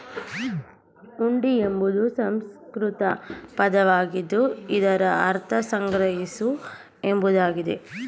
ಹುಂಡಿ ಎಂಬುದು ಸಂಸ್ಕೃತ ಪದವಾಗಿದ್ದು ಇದರ ಅರ್ಥ ಸಂಗ್ರಹಿಸು ಎಂಬುದಾಗಿದೆ